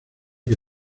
que